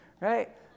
Right